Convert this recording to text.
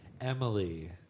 Emily